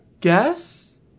guess